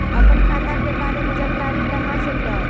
अपन खाता के बारे मे जानकारी कहा से ल?